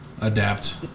adapt